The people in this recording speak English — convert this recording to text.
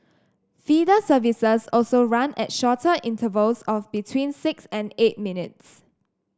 feeder services also run at shorter intervals of between six and eight minutes